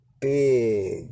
big